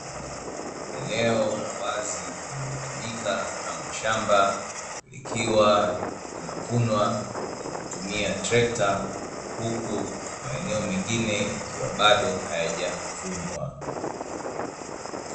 Eneo la wazi linalotumika kama shamba, likiwa linavunwa kwa kutumia trekta, huku maeneo mengine yakiwa bado hayajavunwa.